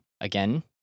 Again